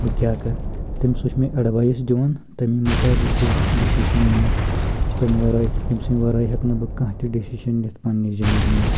بہٕ کیٛاہ کَرٕ تٔمۍ سُہ چھُ مےٚ اؠڈوَیِس دِوان تمہِ مُطٲبِق چھُس بہٕ ڈیٚسِشَن نِوان تٔیٚمہ وَرٲے تٔیٚمہ سٕنٛدۍ وَرٲے ہؠکہٕ نہٕ بہٕ کانٛہہ تہِ ڈیَٚشنس نِتھ پَننہِ زِندَگی منٛز